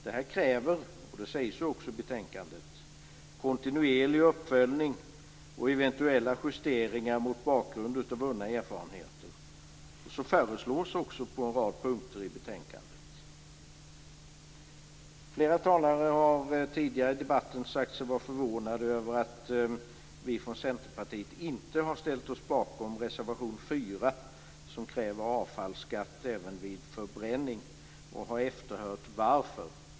Det här kräver, och det sägs också i betänkandet, kontinuerlig uppföljning och eventuella justeringar mot bakgrund av vunna erfarenheter. Så föreslås också på en rad punkter i betänkandet. Flera talare har tidigare i debatten sagt sig vara förvånande över att vi i Centerpartiet inte har ställt oss bakom reservation 4 som kräver avfallsskatt även vid förbränning och efterhört varför.